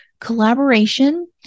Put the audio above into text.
Collaboration